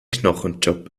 knochenjob